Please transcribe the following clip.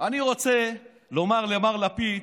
אני רוצה לומר למר לפיד,